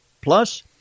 Plus